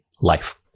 life